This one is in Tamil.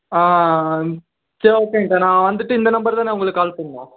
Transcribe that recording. சரி ஓகேங்கா நான் வந்துவிட்டு இந்த நம்பருதானே உங்களுக்கு கால் பண்ணணும்